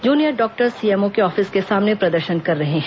junior doctor CMO के office के सामने प्रदर्शन कर रहे हैं